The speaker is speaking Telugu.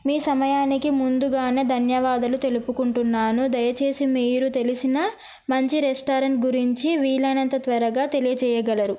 మీ సమయానికి ముందుగానే ధన్యవాదాలు తెలుపుకుంటున్నాను దయచేసి మీరు తెలిసిన మంచి రెస్టారెంట్ గురించి వీలైనంత త్వరగా తెలియజేయగలరు